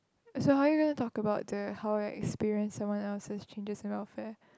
so how are you gonna talk about the how our experience someone else's changes and welfare